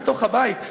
בתוך הבית,